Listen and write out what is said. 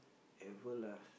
Everlast